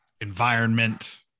environment